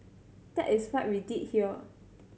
that is what we did here